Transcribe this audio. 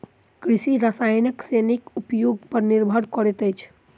कृषि रसायनक श्रेणी उपयोग पर निर्भर करैत अछि